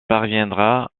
parviendra